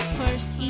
first